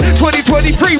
2023